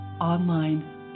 online